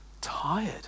tired